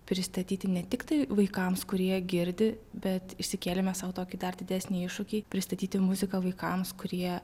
pristatyti ne tiktai vaikams kurie girdi bet išsikėlėme sau tokį dar didesnį iššūkį pristatyti muziką vaikams kurie